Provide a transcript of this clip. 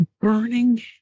burning